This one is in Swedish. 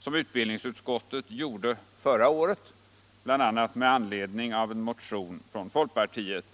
som utbildningsutskottet gjorde förra året bl.a. med anledning av en motion från folkpartiet,